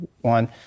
one